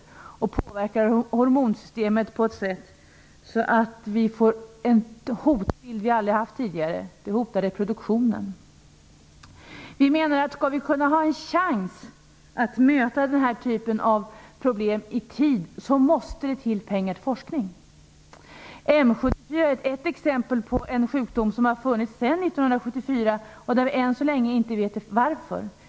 Detta påverkar hormonsystemet på ett sätt som ger oss en hotbild som vi aldrig har haft förut: det hotar reproduktionen. Om vi skall ha en chans att möta den här typen av problem i tid måste det till pengar till forskning.